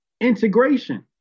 Integration